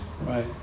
Right